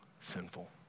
sinful